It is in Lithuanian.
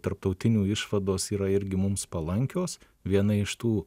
tarptautinių išvados yra irgi mums palankios viena iš tų